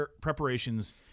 preparations